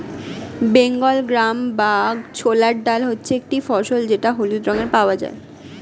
Bengal gram বা ছোলার ডাল হচ্ছে একটি ফসল যেটা হলুদ রঙে পাওয়া যায়